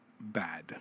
bad